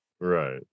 Right